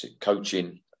coaching